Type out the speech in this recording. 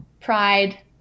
pride